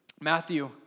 Matthew